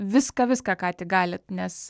viską viską ką tik galit nes